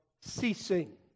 ceasing